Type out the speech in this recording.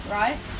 right